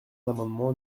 l’amendement